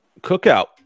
cookout